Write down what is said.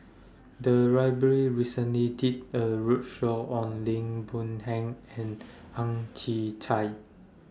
The Library recently did A roadshow on Lim Boon Heng and Ang Chwee Chai